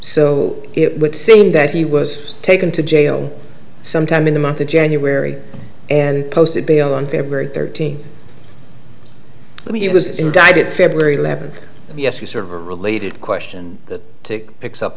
so it would seem that he was taken to jail sometime in the month of january and posted bail on february thirteenth when he was indicted february eleventh yes he sort of a related question that to picks up